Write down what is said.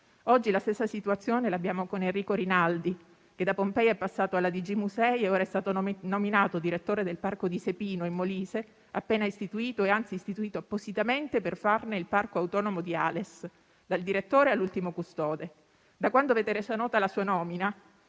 Oggi la stessa situazione l'abbiamo con Enrico Rinaldi, che da Pompei è passato alla Direzione generale musei e ora è stato nominato direttore del Parco archeologico di Sepino in Molise, appena istituito (anzi, istituito appositamente per farne il parco autonomo di Ales, dal direttore all'ultimo custode). Da quando avete reso nota la sua nomina,